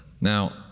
now